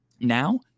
Now